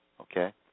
Okay